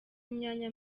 imyanya